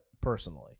Personally